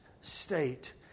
state